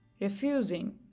refusing